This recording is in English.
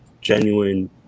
genuine